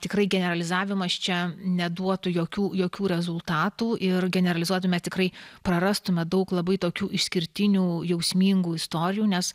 tikrai generalizavimas čia neduotų jokių jokių rezultatų ir generalizuodami mes tikrai prarastume daug labai tokių išskirtinių jausmingų istorijų nes